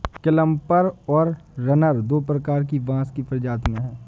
clumper और runner दो प्रकार की बाँस की प्रजातियाँ हैं